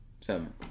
Seven